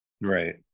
Right